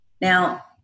Now